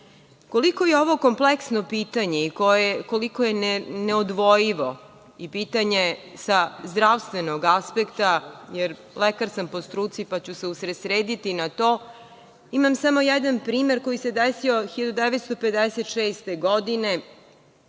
je ovo kompleksno pitanje i koliko je neodvojivo i pitanje sa zdravstvenog aspekta, jer lekar sam po struci pa ću se usredsrediti na to, imam samo jedan primer koji se desio 1956. godine,